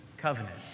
covenant